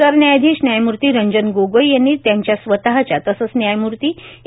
सरन्यायाधीश न्यायमूर्ती रंजन गोगोई यांनी त्यांच्या स्वतःच्या तसंच न्यायमूर्ती ए